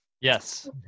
Yes